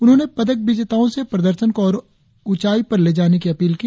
उन्होंने पदक विजेताओं से प्रदर्शन को और ऊँचाई पर ले जाने की अपील की